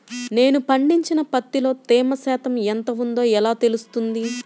నేను పండించిన పత్తిలో తేమ శాతం ఎంత ఉందో ఎలా తెలుస్తుంది?